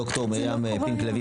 ד"ר מרים פינק לביא,